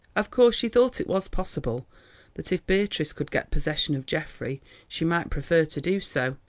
of course she thought it was possible that if beatrice could get possession of geoffrey she might prefer to do so,